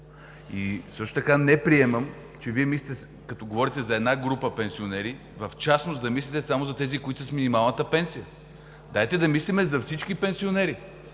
Също така не приемам, че като говорите за една група пенсионери, в частност да мислите само за тези, които са с минималната пенсия. Дайте да мислим за всички пенсионери.